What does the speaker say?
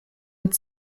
mit